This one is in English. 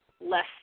less